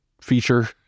feature